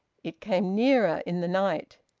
it came nearer in the night.